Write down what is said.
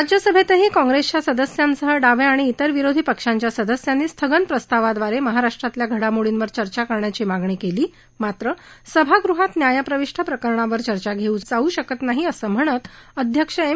राज्यसभेतही काँग्रेसच्या सदस्यांसह डाव्या आणि इतर विरोधी पक्षांच्या सदस्यांनी स्थगन प्रस्तावादवारे महाराष्ट्रातल्या घडामोडींवर चर्चा करण्याची मागणी केली मात्र सभागृहात न्यायप्रविष् प्रकरणावर चर्चा घेतली जाऊ शकत नाही असं म्हणत अध्यक्ष एम